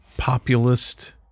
Populist